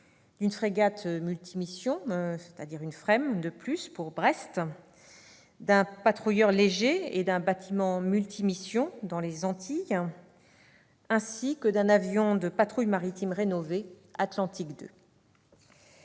d'une frégate multimissions- il y aura donc une FREMM de plus à Brest -, d'un patrouilleur léger et d'un bâtiment multimissions dans les Antilles, ainsi que d'un avion de patrouille maritime rénové Atlantique 2.